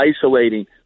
isolating –